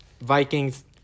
Vikings